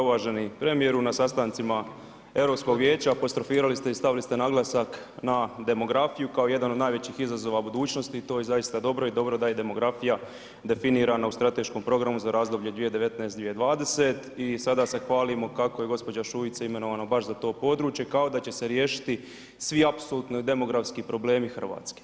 Uvaženi premijeru na sastancima Europskog vijeća apostrofirali ste i stavili ste naglasak na demografiju kao jedan od najvećih izazova budućnosti i to je zaista dobro i dobro da je demografija definirana u strateškom programu za razdoblje 2019 – 2020. i sada se hvalimo kako je gospođa Šuica imenovana baš za to područje kao da će se riješiti svi apsolutno demografski problemi Hrvatske.